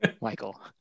Michael